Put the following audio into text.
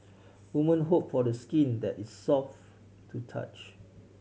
women hope for the skin that is soft to touch